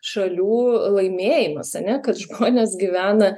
šalių laimėjimas ane kad žmonės gyvena